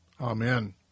Amen